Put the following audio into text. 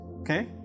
Okay